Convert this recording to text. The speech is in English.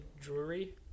Drury